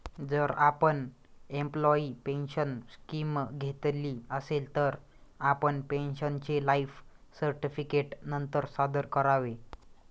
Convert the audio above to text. जर आपण employee pension scheme घेतली असेल, तर आपण पेन्शनरचे लाइफ सर्टिफिकेट नंतर सादर करावे